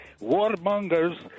warmongers